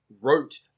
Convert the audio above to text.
wrote